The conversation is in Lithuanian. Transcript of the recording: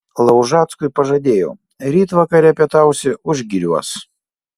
laužackui pažadėjau ryt vakare pietausi užgiriuos